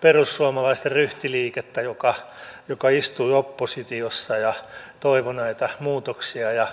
perussuomalaisten ryhtiliikettä joka joka istui oppositiossa ja toivoi näitä muutoksia ja